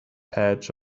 patch